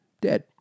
dead